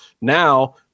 Now